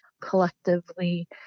collectively